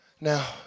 now